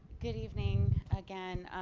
good evening again.